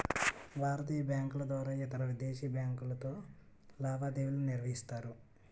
భారతీయ బ్యాంకుల ద్వారా ఇతరవిదేశీ బ్యాంకులతో లావాదేవీలు నిర్వహిస్తారు